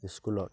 স্কুলত